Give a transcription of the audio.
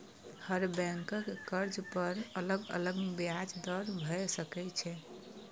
हर बैंकक कर्ज पर अलग अलग ब्याज दर भए सकै छै